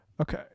Okay